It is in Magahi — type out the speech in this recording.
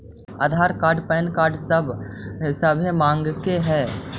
आधार कार्ड पैन कार्ड सभे मगलके हे?